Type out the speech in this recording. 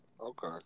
Okay